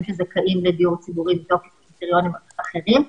שזכאים לדיור ציבורי תוך קריטריונים אחדים.